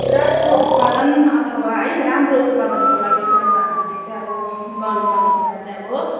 राजस्व उत्पादन अथवा है राम्रो उत्पादनको लागि चाहिँ अब हामीले चाहिँ अब गर्नु पर्ने कुरा चाहिँ अब